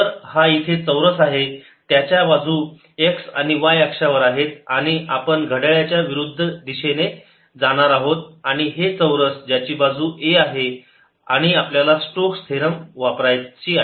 तर हा इथे चौरस आहे त्याच्या बाजू x आणि y अक्षावर आहेत आणि आपण घड्याळ्याच्या विरुद्ध दिशेने जाणार आहोत आणि हे चौरस ज्याची बाजूही a आहे आणि आपल्याला स्टोक्स थेरम Stokes' theorem वापरायची आहे